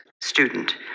student